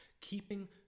Keeping